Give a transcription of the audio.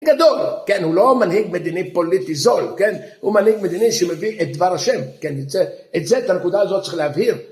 גדול, כן, הוא לא מנהיג מדיני פוליטי זול, כן, הוא מנהיג מדיני שמביא את דבר השם, כן, את זה, את הנקודה הזאת צריך להבהיר.